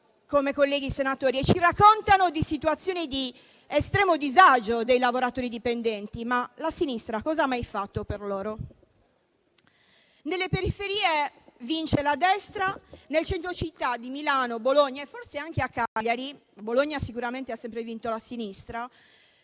come senatori e ci raccontano di situazioni di estremo disagio dei lavoratori dipendenti. Ma la sinistra cosa ha mai fatto per loro? Nelle periferie vince la destra. Nel centro di città quali Milano, Bologna - dove ha vinto sicuramente sempre la sinistra